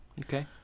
Okay